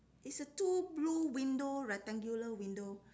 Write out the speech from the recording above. it's a two blue window rectangular window